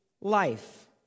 life